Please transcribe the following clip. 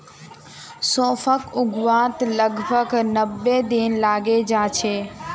सौंफक उगवात लगभग नब्बे दिन लगे जाच्छे